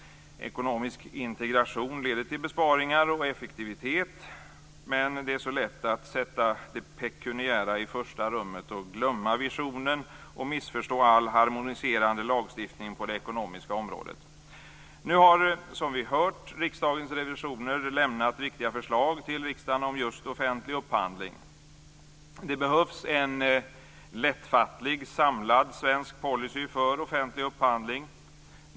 Ekonomisk integration leder till besparingar och effektivitet. Det är så lätt att sätta det pekuniära i första rummet och glömma visionen och missförstå all harmoniserande lagstiftning på det ekonomiska området. Nu har, som vi hört, Riksdagens revisorer lämnat viktiga förslag till riksdagen om just offentlig upphandling. Det behövs en lättfattlig samlad svensk policy för offentlig upphandling.